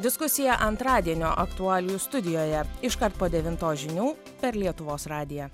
diskusiją antradienio aktualijų studijoje iškart po devintos žinių per lietuvos radiją